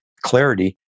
clarity